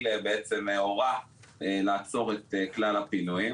בעצם הורה לעצור את כלל הפינויים,